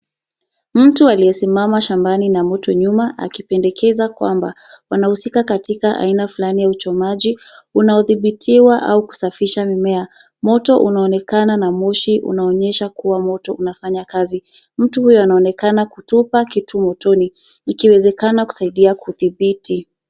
Mtu aliyesimama na moto nyuma akipendekeza kwamba anahusika katika aina fulani ya uchomaji unaodhibitiwa au kusafisha mimea. Moto unaonekana na moshi unaonyesha kuwa moto unafanya kazi. Mtu huyu anaonekana kutupa kitu motoni ikiwezekana kusaidia kudhibiti.